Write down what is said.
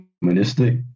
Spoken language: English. humanistic